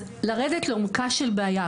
אז לרדת לעומקה של בעיה,